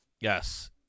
Yes